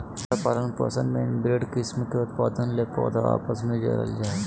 पौधा पालन पोषण में इनब्रेड किस्म का उत्पादन ले पौधा आपस मे जोड़ल जा हइ